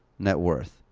net worth.